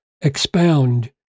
expound